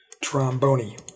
trombone